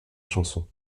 chanson